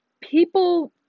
People